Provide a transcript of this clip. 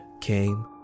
came